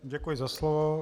Děkuji za slovo.